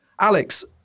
Alex